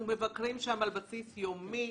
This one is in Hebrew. אנחנו מבקרים שם על בסיס יומי.